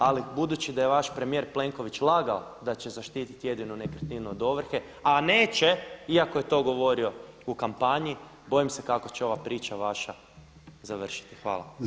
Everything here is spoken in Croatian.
Ali budući da je vaš premijer Plenković lagao da će zaštititi jedinu nekretninu od ovrhe, a neće iako je to govorio u kampanji bojim se kako će ova priča vaša završiti.